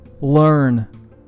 Learn